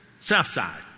Southside